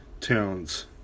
towns